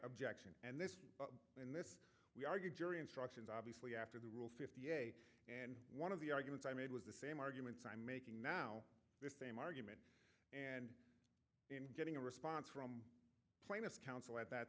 objection and this we argued jury instructions obviously after the rule fifty eight and one of the arguments i made was the same arguments i'm making now the same argument and in getting a response from plaintiffs counsel at that